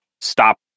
stop